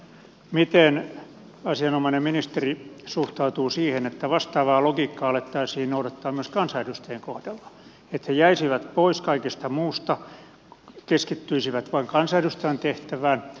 miten asianomainen ministeri suhtautuu siihen että vastaavaa logiikkaa alettaisiin noudattaa myös kansanedustajien kohdalla että he jäisivät pois kaikesta muusta ja keskittyisivät vain kansanedustajan tehtävään